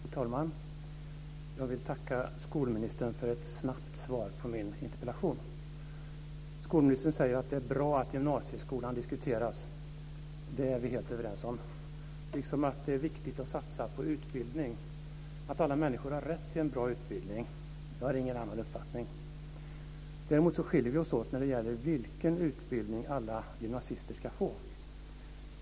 Fru talman! Jag vill tacka skolministern för ett snabbt svar på min interpellation. Skolministern säger att det är bra att gymnasieskolan diskuteras, vilket vi är helt överens om, liksom att det är viktigt att satsa på utbildning, att alla människor har rätt till en bra utbildning. Jag har ingen annan uppfattning. Däremot skiljer vi oss åt när det gäller vilken utbildning alla gymnasister ska få.